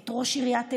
את ראש עיריית אילת,